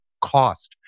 cost